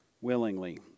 willingly